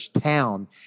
town